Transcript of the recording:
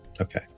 Okay